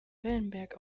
wellenberg